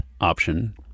option